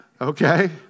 Okay